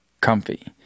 comfy